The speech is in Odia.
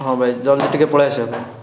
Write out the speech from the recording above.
ହଁ ଭାଇ ଜଲ୍ଦି ଟିକିଏ ପଳେଇ ଆସିବେ